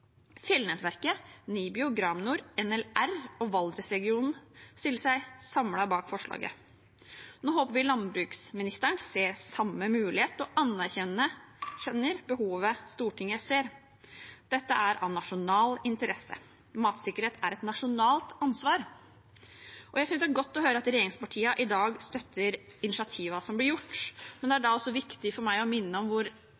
Fjellnettverket, NIBIO, Graminor, NLR og Valdresregionen stiller seg samlet bak forslaget. Nå håper vi landbruksministeren ser samme mulighet og anerkjenner behovet Stortinget ser. Dette er av nasjonal interesse, matsikkerhet er et nasjonalt ansvar. Jeg synes det er godt å høre at regjeringspartiene i dag støtter initiativene som blir tatt. Det er da også viktig for meg å minne om hvor